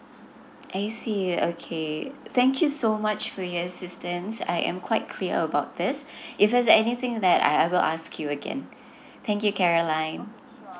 I see okay thank you so much for your assistance I am quite clear about this if there's anything that I have I'll ask you again thank you caroline